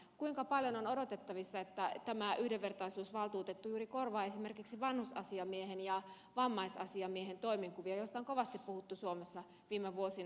kuinka paljon on odotettavissa että tämä yhdenvertaisuusvaltuutettu juuri korvaa esimerkiksi vanhusasiamiehen ja vammaisasiamiehen toimenkuvia joista on kovasti puhuttu suomessa viime vuosina